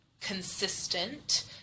consistent